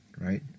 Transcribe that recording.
right